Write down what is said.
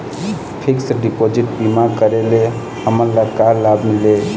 Fix deposit बीमा करे ले हमनला का लाभ मिलेल?